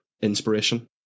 inspiration